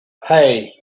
hey